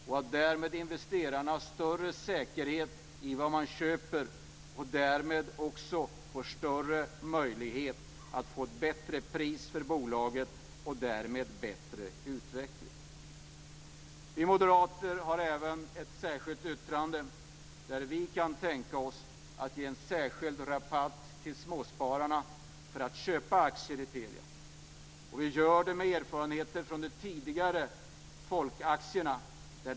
Därmed har investerarna större säkerhet i vad de köper, därmed får man också större möjlighet att få ett bättre pris och därmed bättre utveckling. Vi moderater har även ett särskilt yttrande där vi kan tänka oss att ge en särskild rabatt till småspararna för att köpa aktier i Telia. Vi gör det med erfarenheter från de tidigare folkaktierna.